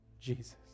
Jesus